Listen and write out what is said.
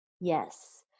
Yes